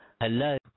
Hello